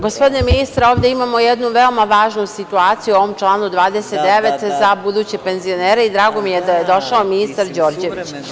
Gospodine ministre, ovde imamo jednu veoma važnu situaciju u ovom članu 29. za buduće penzionere i drago mi je da je došao ministar Đorđević.